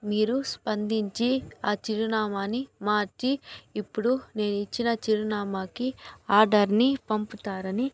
మీరు స్పందించి ఆ చిరునామాని మార్చి ఇప్పుడు నేను ఇచ్చిన చిరునామాకి ఆర్డర్ ని పంపుతారని